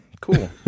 cool